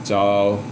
找